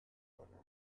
butter